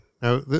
now